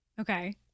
Okay